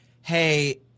hey